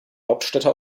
hauptstädte